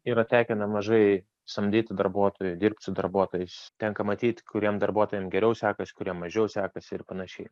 yra tekę nemažai samdyti darbuotojų dirbti su darbuotojais tenka matyti kuriem darbuotojam geriau sekasi kuriem mažiau sekasi ir panašiai